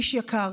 איש יקר,